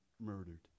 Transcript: murdered